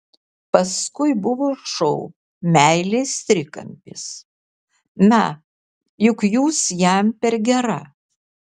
paskui buvo šou meilės trikampis na juk jūs jam per gera